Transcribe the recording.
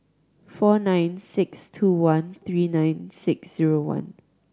four nine six two one three nine six zero one